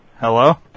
Hello